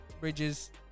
Bridges